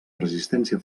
resistència